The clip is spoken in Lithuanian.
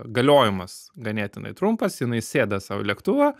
galiojimas ganėtinai trumpas jinai sėda sau į lėktuvą